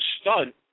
stunt